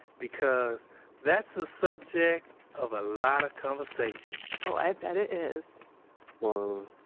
because that's the subject of a lot of conversation oh, i bet it is well,